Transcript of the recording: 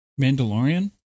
Mandalorian